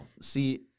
See